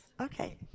Okay